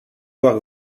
voir